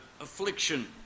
affliction